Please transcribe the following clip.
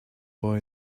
boy